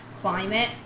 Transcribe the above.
climate